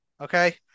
Okay